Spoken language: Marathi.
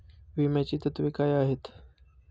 विम्याची तत्वे काय आहेत?